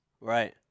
right